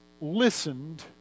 listened